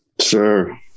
Sure